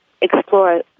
explore